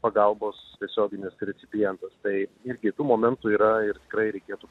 pagalbos tiesioginis recipientas tai ir kitų momentų yra ir tikrai reikėtų